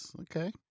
Okay